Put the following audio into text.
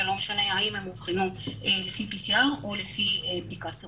ולא משנה אם הם אובחנו לפי PCR או לפי בדיקה סרולוגית.